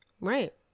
Right